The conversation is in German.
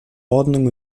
ordnung